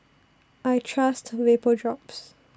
I Trust Vapodrops